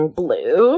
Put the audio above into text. blue